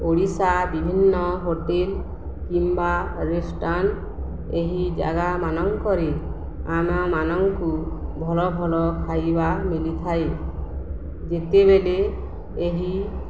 ଓଡ଼ିଶା ବିଭିନ୍ନ ହୋଟେଲ୍ କିମ୍ବା ରେଷ୍ଟୁରାଣ୍ଟ୍ ଏହି ଜାଗା ମାନଙ୍କରେ ଆମମାନଙ୍କୁ ଭଲ ଭଲ ଖାଇବା ମିଳିଥାଏ ଯେତେବେଳେ ଏହି